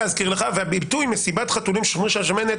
הביטוי מסיבת חתולים שומרי השמנת,